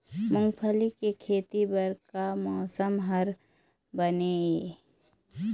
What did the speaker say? मूंगफली के खेती बर का मौसम हर बने ये?